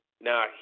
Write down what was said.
Now